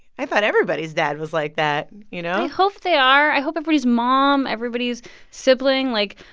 i thought everybody's dad was like that, you know? i hope they are. i hope everybody's mom, everybody's sibling like,